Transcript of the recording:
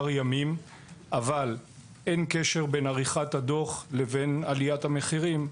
ימים אבל אין קשר בין עריכת הדוח לבין עליית המחירים.